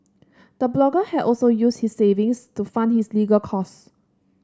the blogger had also used his savings to fund his legal costs